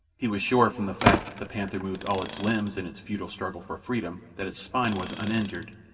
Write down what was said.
he was sure from the fact that the panther moved all its limbs in its futile struggle for freedom that its spine was uninjured,